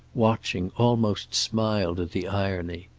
watching, almost smiled at the irony.